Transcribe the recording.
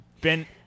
Ben